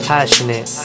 Passionate